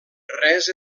res